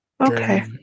Okay